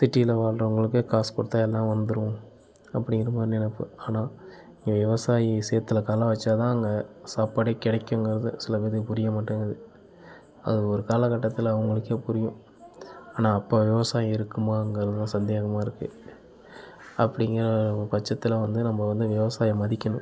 சிட்டியில் வாழ்கிறவங்களுக்கு காசு கொடுத்தா எல்லாம் வந்துடும் அப்படிங்குற மாதிரி நினப்பு ஆனால் இங்கே விவசாயி சேற்றில் காலை வச்சால்தான் அங்கே சாப்பாடே கிடைக்குங்கிறது சில பேத்துக்கு புரியமாட்டேங்கிது அது ஒரு காலக்கட்டத்தில் அவங்களுக்கே புரியும் ஆனால் அப்போ விவசாயம் இருக்குமாங்கிறதுதான் சந்தேகமாக இருக்குது அப்படிங்கற பட்சத்தில் வந்து நம்ம வந்து விவசாயியை மதிக்கணும்